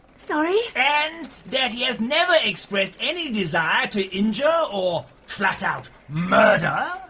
sorry? and that he has never expressed any desire to injure, or flat out murder,